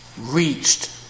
reached